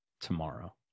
tomorrow